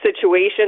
situation